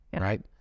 Right